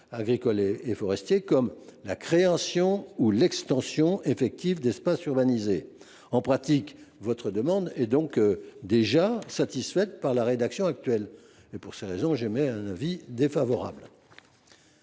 agricoles et forestiers comme la création ou l’extension effective d’espaces urbanisés. En pratique, cet amendement est donc déjà satisfait par la rédaction actuelle, raison pour laquelle j’y suis défavorable.